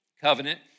Covenant